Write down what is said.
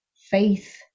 faith